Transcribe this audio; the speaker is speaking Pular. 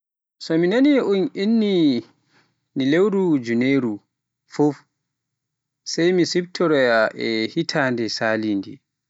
Nde mi nani un inni ni lewru Juniru fuf si to mi siftoroy hitande salinde.